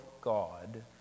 God